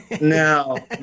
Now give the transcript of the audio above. No